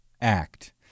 Act